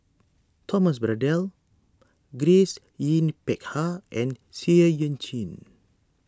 Thomas Braddell Grace Yin Peck Ha and Seah Eu Chin